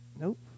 Nope